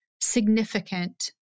significant